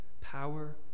power